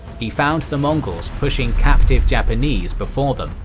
he found the mongols pushing captive japanese before them,